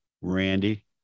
randy